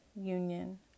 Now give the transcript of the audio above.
union